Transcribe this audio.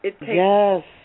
Yes